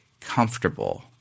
comfortable